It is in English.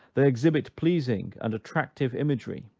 they exhibit pleasing and attractive imagery,